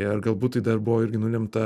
ir galbūt tai dar buvo irgi nulemta